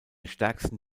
stärksten